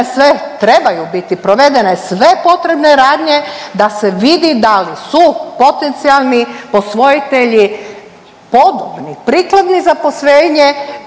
sve trebaju biti provedene sve potrebne radnje da se vidi da li su potencijalni posvojitelji podobni, prikladni za posvojenje